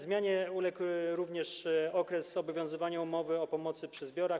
Zmianie uległ również okres obowiązywania umowy o pomocy przy zbiorach.